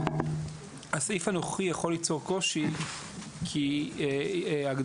הסעיף הנוכחי יכול ליצור קושי כי הגדרה